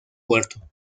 puerto